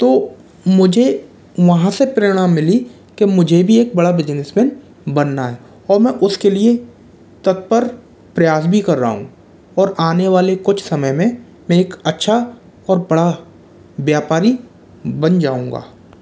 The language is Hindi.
तो मुझे वहाँ से प्रेरणा मिली कि मुझे भी एक बड़ा बिज़नेसमैन बनना है और मैं उसके लिए तत्पर प्रयास भी कर रहा हूँ और आने वाले कुछ समय में मैं एक अच्छा और बड़ा व्यापारी बन जाऊंगा